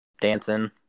dancing